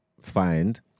find